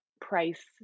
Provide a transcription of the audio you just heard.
price